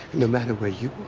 no matter where you